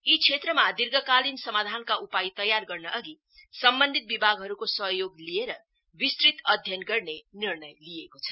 यी क्षेत्रमा दीर्घकालिन समाधानका उपाय तयार गर्नअघि सम्बन्धित विभागहरुको सहयोग लिएर विस्तृत अध्ययन गर्ने निर्णय लिइएको छ